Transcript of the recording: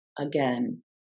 again